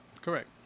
Correct